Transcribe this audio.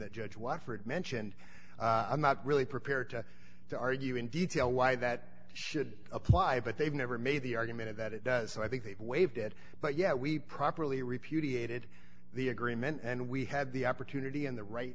that judge wofford mentioned i'm not really prepared to to argue in detail why that should apply but they've never made the argument that it does so i think they've waived it but yeah we properly repudiated the agreement and we had the opportunity and the right